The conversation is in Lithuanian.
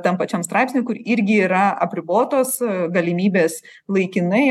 tam pačiam straipsny kur irgi yra apribotos galimybės laikinai